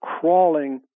crawling